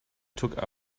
took